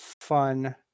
fun